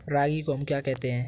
रागी को हम क्या कहते हैं?